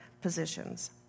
positions